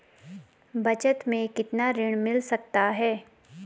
बचत मैं कितना ऋण मिल सकता है?